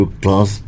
class